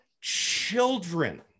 children